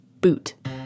boot